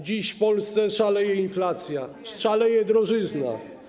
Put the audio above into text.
Dziś w Polsce szaleje inflacja, szaleje drożyzna.